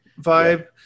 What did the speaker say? vibe